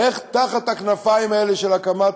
איך תחת הכנפיים האלה של הקמת